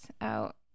out